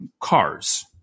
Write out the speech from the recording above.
Cars